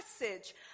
message